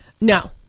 No